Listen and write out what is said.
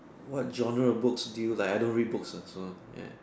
what genre of books do you like I don't read books ah so ya